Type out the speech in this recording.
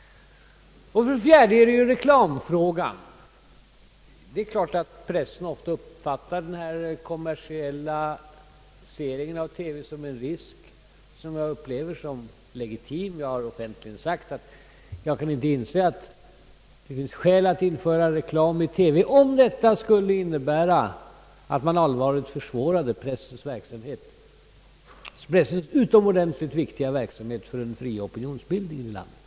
Vidare är det här fråga om reklamen. Det är klart att pressen ofta uppfattar kommersiell sändning i televisionen som en risk, som jag upplever som legitim. Jag har offentligen sagt att jag inte kan inse att det finns skäl att införa reklam i TV, om detta skulle innebära att vi allvarligt försvårade pressens utomordentligt viktiga verksamhet för den fria opinionsbildningen här i landet.